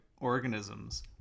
organisms